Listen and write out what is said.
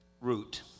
route